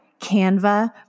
Canva